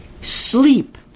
Sleep